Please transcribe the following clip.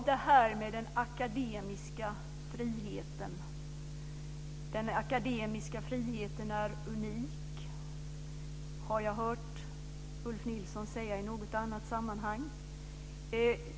Herr talman! Den akademiska friheten är unik, har jag hört Ulf Nilsson säga i något annat sammanhang.